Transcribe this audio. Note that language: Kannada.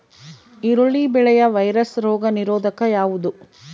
ಈರುಳ್ಳಿ ಬೆಳೆಯ ವೈರಸ್ ರೋಗ ನಿರೋಧಕ ಯಾವುದು?